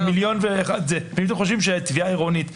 אם אתם חושבים שתביעה עירונית,